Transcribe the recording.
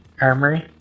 Armory